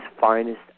finest